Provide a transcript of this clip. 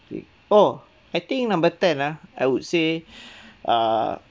oh I think number ten ah I would say err